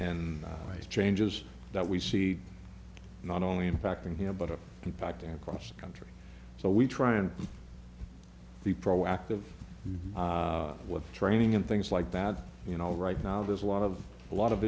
and changes that we see not only impacting here but in fact in cross country so we try and be proactive with training and things like that you know right now there's a lot of a lot of